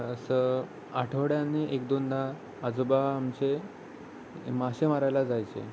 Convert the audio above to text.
असं आठवड्याने एकदोनदा आजोबा आमचे मासे मारायला जायचे